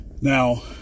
Now